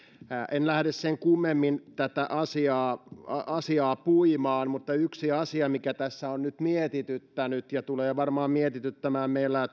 en lähde sen kummemmin tätä asiaa asiaa puimaan mutta yksi asia mikä tässä on nyt mietityttänyt ja tulee varmaan mietityttämään meillä